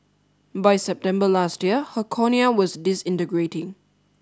by September last year her cornea was disintegrating